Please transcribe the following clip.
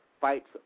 fights